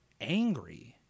angry